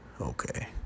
Okay